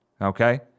Okay